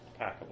packable